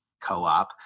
co-op